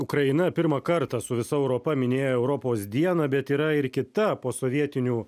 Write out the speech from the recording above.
ukraina pirmą kartą su visa europa minėjo europos dieną bet yra ir kita posovietinių